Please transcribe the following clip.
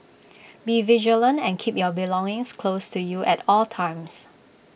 be vigilant and keep your belongings close to you at all times